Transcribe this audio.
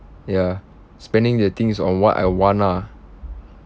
ya spending the things on what I want lah